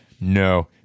no